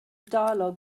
dialog